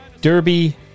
Derby